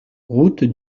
route